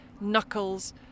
knuckles